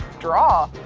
draw.